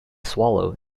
swallow